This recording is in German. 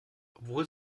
obwohl